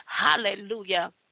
Hallelujah